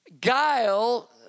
Guile